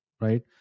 right